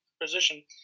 position